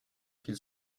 qu’il